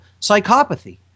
psychopathy